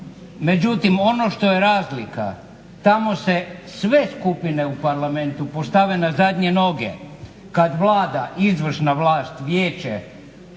Međutim ono što je razlika, tamo se sve skupine u parlamentu postave na zadnje noge, kad vlada, izvršna vlast, vijeće,